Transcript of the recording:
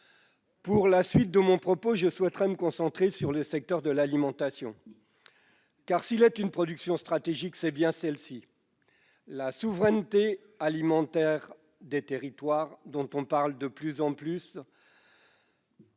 la suite de mon propos au secteur de l'alimentation. S'il est une production stratégique, c'est bien celle-ci. La souveraineté alimentaire des territoires, dont on parle de plus en plus,